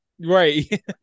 Right